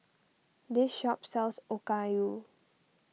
this shop sells Okayu